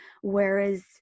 whereas